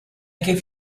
gave